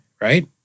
Right